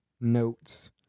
notes